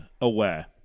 aware